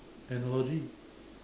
analogy